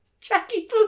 Jackie